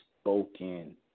spoken